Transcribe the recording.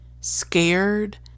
scared